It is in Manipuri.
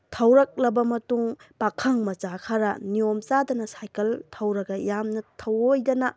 ꯊꯧꯔꯛꯂꯕ ꯃꯇꯨꯡ ꯄꯥꯈꯪ ꯃꯆꯥ ꯈꯔ ꯅꯤꯌꯣꯝ ꯆꯥꯗꯅ ꯁꯥꯏꯀꯜ ꯊꯧꯔꯒ ꯌꯥꯝꯅ ꯊꯧꯑꯣꯏꯗꯅ